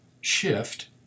shift